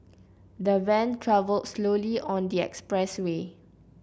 the van travelled slowly on the expressway